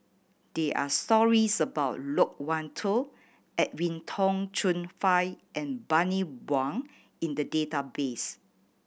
there are stories about Loke Wan Tho Edwin Tong Chun Fai and Bani Buang in the database